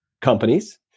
companies